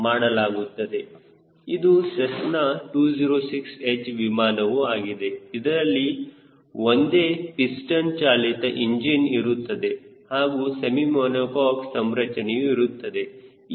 ಇದು Cessna 206 H ವಿಮಾನವು ಆಗಿದೆ ಇದರಲ್ಲಿ ಒಂದೇ ಪಿಸ್ಟನ್ ಚಾಲಿತ ಇಂಜಿನ್ ಇರುತ್ತದೆ ಹಾಗೂ ಸೆಮಿ ಮೋನುಕಾಕ್ ಸಂರಚನೆಯು ಇರುತ್ತದೆ